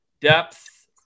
depth